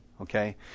Okay